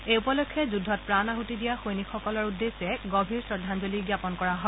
এই উপলক্ষে যুদ্ধত প্ৰাণ আছতি দিয়া সৈনিকসকলৰ উদ্দেশ্যে গভীৰ শ্ৰদ্ধাঞ্জলি জ্ঞাপন কৰা হয়